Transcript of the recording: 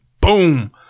Boom